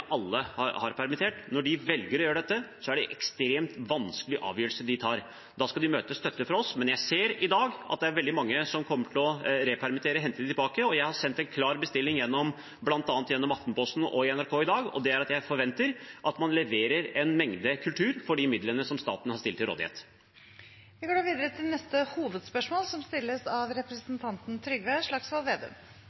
alle har permittert – velger å permittere, er det en ekstremt vanskelig avgjørelse de tar. Da skal de møte støtte fra oss. Men jeg ser i dag at det er veldig mange som kommer til å repermittere, hente tilbake. Jeg har sendt en klar bestilling, bl.a. gjennom Aftenposten og i NRK i dag, og det er at jeg forventer at man leverer en mengde kultur for de midlene som staten har stilt til rådighet. Vi går da videre til neste hovedspørsmål.